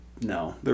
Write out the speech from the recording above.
no